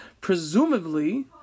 presumably